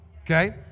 Okay